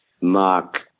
Mark